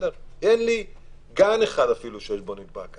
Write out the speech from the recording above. ואין לי אפילו גן אחד שיש בו נדבק,